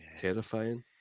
terrifying